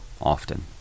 often